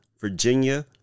Virginia